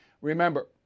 Remember